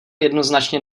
jednoznačně